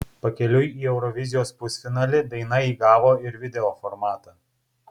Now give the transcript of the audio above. pakeliui į eurovizijos pusfinalį daina įgavo ir video formatą